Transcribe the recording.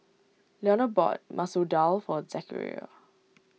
Leonor bought Masoor Dal for Zechariah